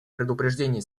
предупреждения